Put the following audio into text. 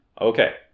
Okay